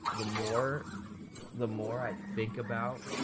the more the more i think about